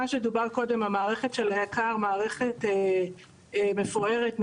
לגבי מה שדובר קודם על מערכת היק"ר; מערכת מפוארת ונהדרת,